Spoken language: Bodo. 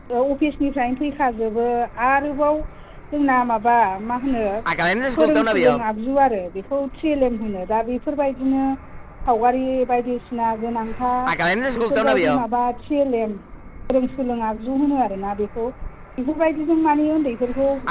अफिस निफ्रायनो फैखाजोबो आरोबाव जोंना माबा मा होनो फोरोंसुलुं आगजु आरो बेखौ टि एल एम होनो दा बेफोरबादिनो सावगारि बायदिसिना गोनांथा बेफोरबायदि माबा टि एल एम फोरोंसुलुं आगजु होनो आरोना बेखौ बेफोरबायदिजों माने उन्दैफोरखौ